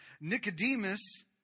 Nicodemus